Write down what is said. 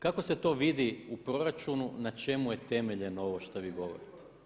Kako se to vidi u proračunu na čemu je temeljeno ovo što vi govorite?